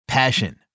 Passion